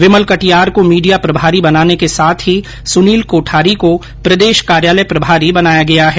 विमल कटियार को मीडिया प्रभारी बनाने के साथ ही सुनील कोठारी को प्रदेश कार्यालय प्रभारी बनाया गया है